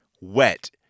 wet